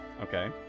Okay